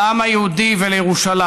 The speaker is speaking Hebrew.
עם העם היהודי ועם ירושלים.